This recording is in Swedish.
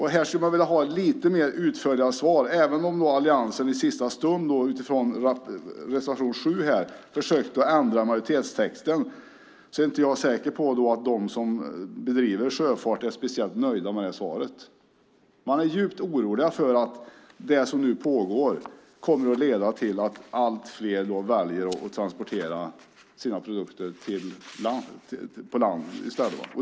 Här skulle man vilja ha lite utförligare svar. Även om alliansen nu i sista stund efter reservation 7 har försökt ändra majoritetstexten är jag inte säker på att de som bedriver sjöfart är särskilt nöjda med svaret. Man är djupt orolig för att det som nu pågår kommer att leda till att allt fler kommer att transportera sina produkter på land i stället.